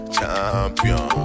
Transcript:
Champion